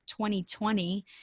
2020